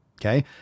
Okay